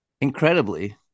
Incredibly